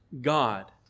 God